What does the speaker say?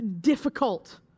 Difficult